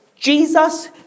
Jesus